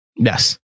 Yes